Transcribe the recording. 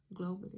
globally